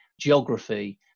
geography